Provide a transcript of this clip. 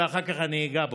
ואחר כך אני אגע בו.